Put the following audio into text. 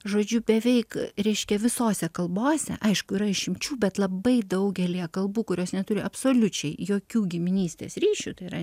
žodžiu beveik reiškia visose kalbose aišku yra išimčių bet labai daugelyje kalbų kurios neturi absoliučiai jokių giminystės ryšiu tai yra